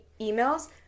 emails